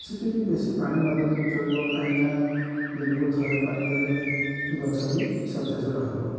କିଛିଟି ବି ବେଶୀ ପାଣି ନଦେଲେ ବି ଚଳିବ କାହିଁକି ନା ଦିନକୁ ଥରେ ପାଣି ଦେଲେ ଗଛ ବି ସତେଜ ରହିବ